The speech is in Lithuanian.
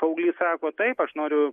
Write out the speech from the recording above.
paauglys sako taip aš noriu